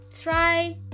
try